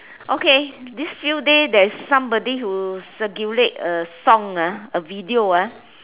okay this few days there is somebody who circulate a song ah the video ah